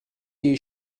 you